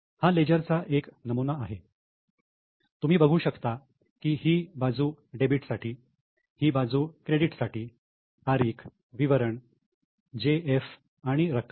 हा लेजर चा एक नमुना आहे तुम्ही बघू शकता की ही बाजू डेबिट साठी ही बाजू क्रेडिट साठी तारीख विवरण जे एफ आणि रक्कम